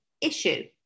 issue